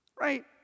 Right